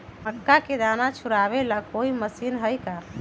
मक्का के दाना छुराबे ला कोई मशीन हई का?